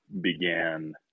began